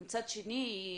מצד שני,